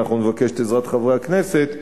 ואנחנו נבקש את עזרת חברי הכנסת,